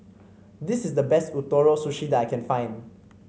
this is the best Ootoro Sushi that I can find